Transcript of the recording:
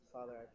Father